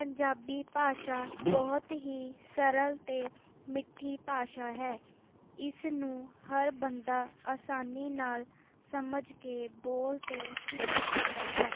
ਪੰਜਾਬੀ ਭਾਸ਼ਾ ਬਹੁਤ ਹੀ ਸਰਲ ਅਤੇ ਮਿੱਠੀ ਭਾਸ਼ਾ ਹੈ ਇਸ ਨੂੰ ਹਰ ਬੰਦਾ ਆਸਾਨੀ ਨਾਲ ਸਮਝ ਕੇ ਬੋਲ ਅਤੇ ਸਿੱਖ ਸਕਦਾ ਹੈ